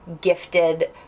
gifted